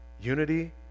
unity